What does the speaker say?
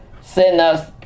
sinners